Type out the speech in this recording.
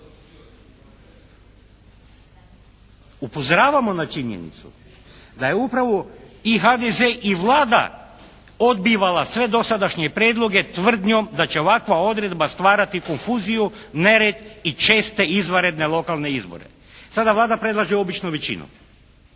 Upozoravamo na činjenicu da je upravo i HDZ i Vlada odbijala sve dosadašnje prijedloge tvrdnjom da će ovakva odredba stvarati konfuziju, nered i česte izvanredne lokalne izbore. Sada Vlada predlaže običnu većinu.